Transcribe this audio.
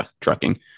trucking